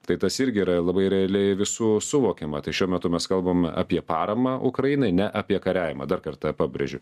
tai tas irgi yra labai realiai visų suvokiama tai šiuo metu mes kalbam apie paramą ukrainai ne apie kariavimą dar kartą pabrėžiu